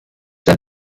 mit